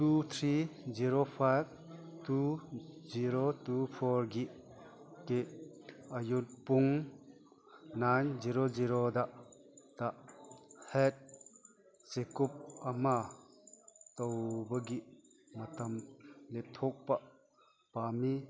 two three zero five two zero two ꯐꯣꯔꯒꯤ ꯑꯌꯨꯛ ꯄꯨꯡ ꯅꯥꯏꯟ ꯖꯦꯔꯣ ꯖꯦꯔꯣꯗ ꯍꯦꯜ ꯆꯦꯛꯀꯞ ꯑꯃ ꯇꯧꯕꯒꯤ ꯃꯇꯝ ꯂꯦꯞꯊꯣꯛꯄ ꯄꯥꯝꯃꯤ